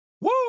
woo